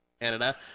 Canada